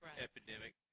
epidemic